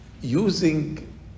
using